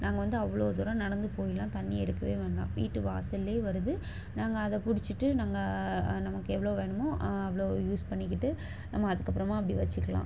நாங்கள் வந்து அவ்வளோ தூரம் நடந்து போயெல்லாம் தண்ணி எடுக்கவே வேண்டாம் வீட்டு வாசலிலே வருது நாங்கள் அதை பிடிச்சிட்டு நாங்கள் நமக்கு எவ்வளோ வேணுமோ அவ்வளோ யூஸ் பண்ணிக்கிட்டு நம்ம அதுக்கப்புறமாக அப்படி வச்சுக்கலாம்